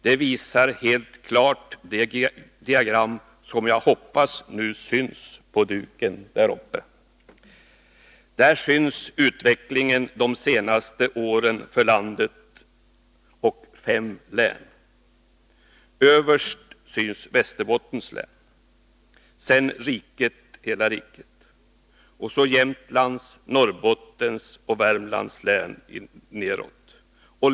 Det visar helt klart det diagram som jag hoppas nu syns på duken där uppe. Av diagrammet framgår utvecklingen de senaste åren för landet och fem län. Överst syns utvecklingen för Västerbottens län, sedan hela rikets och så Jämtlands, Norrbottens och Västernorrlands.